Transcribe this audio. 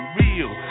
real